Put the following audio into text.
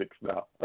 now